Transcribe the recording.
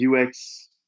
UX